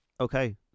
Okay